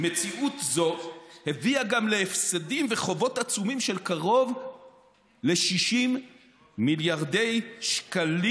"מציאות זו הביאה גם להפסדים וחובות עצומים של קרוב ל-60 מיליארד שקל,